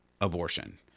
abortion